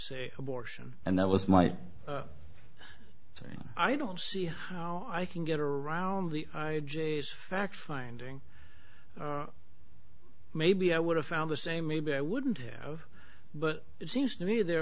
say abortion and that was my thing i don't see how i can get around the j's fact finding maybe i would have found the same maybe i wouldn't have but it seems to me there